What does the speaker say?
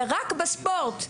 ורק בספורט,